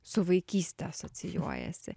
su vaikyste asocijuojasi